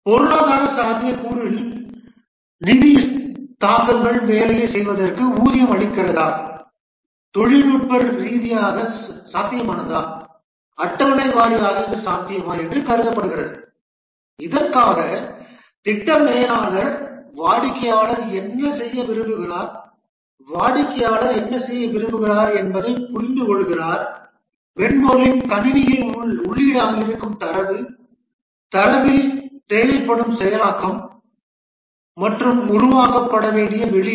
பொருளாதார சாத்தியக்கூறுகளில் நிதிச் தாக்கங்கள் வேலையைச் செய்வதற்கு ஊதியம் அளிக்கிறதா தொழில்நுட்ப ரீதியாக சாத்தியமானதா அட்டவணை வாரியாக இது சாத்தியமா என்று கருதப்படுகிறது இதற்காக திட்ட மேலாளர் வாடிக்கையாளர் என்ன செய்ய விரும்புகிறார் வாடிக்கையாளர் என்ன விரும்புகிறார் என்பதைப் புரிந்துகொள்கிறார் மென்பொருளின் கணினியில் உள்ளீடாக இருக்கும் தரவு தரவில் தேவைப்படும் செயலாக்கம் மற்றும் உருவாக்கப்பட வேண்டிய வெளியீடு